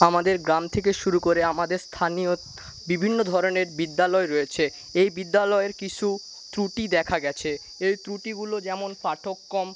আমাদের গ্রাম থেকে শুরু করে আমাদের স্থানীয় বিভিন্ন ধরনের বিদ্যালয় রয়েছে এই বিদ্যলয়ের কিছু ত্রুটি দেখা গেছে এই ত্রুটিগুলো যেমন পাঠ্যক্রম